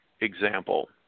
example